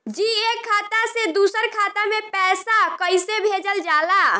जी एक खाता से दूसर खाता में पैसा कइसे भेजल जाला?